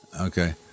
okay